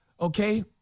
okay